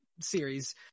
series